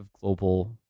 global